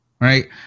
Right